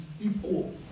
equal